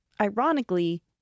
ironically